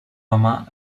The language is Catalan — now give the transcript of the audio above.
home